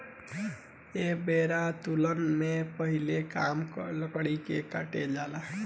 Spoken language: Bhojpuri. ऐ बेरा तुलना मे पहीले कम लकड़ी के काटल जात रहे